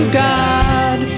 god